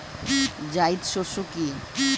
জায়িদ শস্য কি?